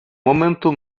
моменту